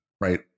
right